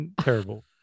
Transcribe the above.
terrible